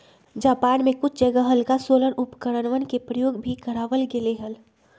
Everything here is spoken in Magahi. जापान में कुछ जगह हल्का सोलर उपकरणवन के प्रयोग भी करावल गेले हल